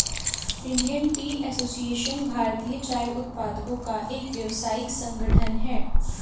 Indian tea association भारतीय चाय उत्पादकों का एक व्यावसायिक संगठन है